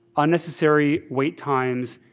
unnecessary wait times,